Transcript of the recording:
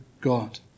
God